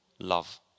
Love